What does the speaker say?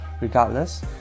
Regardless